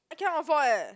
I cannot afford leh